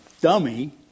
dummy